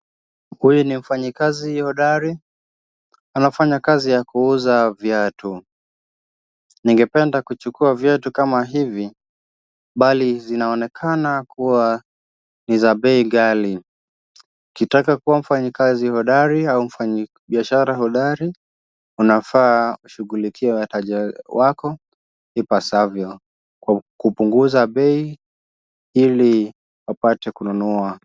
Huyu ni mfanyikazi hodari, anafanya kazi ya kuuza viatu. Ningependa kuchukua viatu kama hivi, bali zinaonekana kuwa ni za bei ghali. Ukitaka kuwa mfanyikazi hodari au mfanyibiashara hodari, unafaa ushughulikie wateja wako ipasavyo kwa kupunguza bei ili wapate kununua.